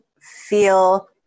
feel